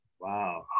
Wow